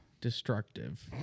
destructive